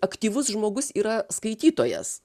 aktyvus žmogus yra skaitytojas